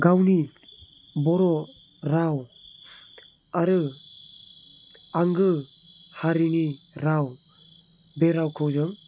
गावनि बर' राव आरो आंगो हारिनि राव बे रावखौ जों